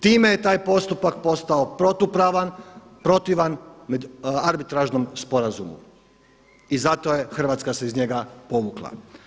Time je taj postupak postao protupravan, protivan arbitražnom sporazumu i zato je Hrvatska se iz njega povukla.